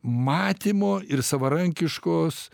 matymo ir savarankiškos